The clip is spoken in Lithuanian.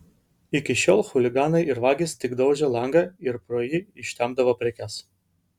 iki šiol chuliganai ir vagys tik daužė langą ir pro jį ištempdavo prekes